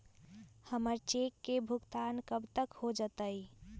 हमर चेक के भुगतान कब तक हो जतई